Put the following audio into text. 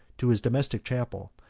to his domestic chapel,